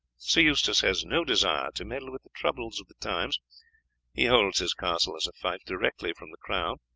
sir eustace has no desire to meddle with the troubles of the times he holds his castle as a fief directly from the crown,